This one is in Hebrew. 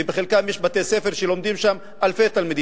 ובחלקם יש בתי-ספר שלומדים שם אלפי תלמידים.